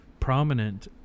prominent